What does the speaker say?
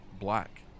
Black